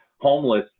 homeless